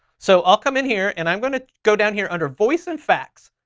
so i'll come in here and i'm gonna go down here under voice and fax.